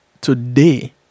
today